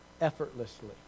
effortlessly